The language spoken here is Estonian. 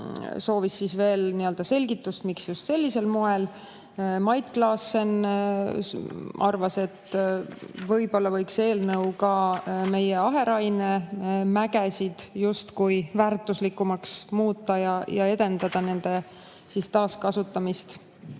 soovis veel selgitust, miks just sellisel moel. Mait Klaassen arvas, et võib-olla võiks eelnõuga meie aherainemägesid justkui väärtuslikumaks muuta ja edendada nende taaskasutamist,